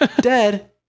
dead